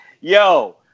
Yo